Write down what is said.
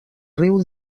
riu